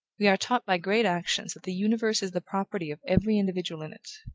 we are taught by great actions that the universe is the property of every individual in it.